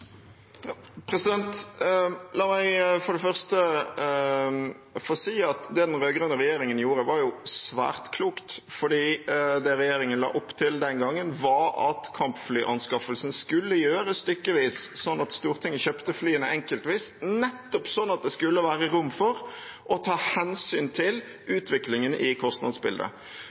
La meg for det første si at det den rød-grønne regjeringen gjorde, var svært klokt, for det regjeringen la opp til den gangen, var at kampflyanskaffelsen skulle gjøres stykkevis, slik at Stortinget kjøpte flyene enkeltvis, slik at det nettopp skulle være rom for å ta hensyn til utviklingen i kostnadsbildet.